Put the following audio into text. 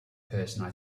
person